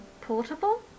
portable